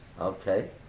Okay